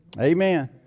Amen